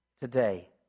today